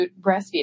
breastfeeding